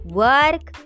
work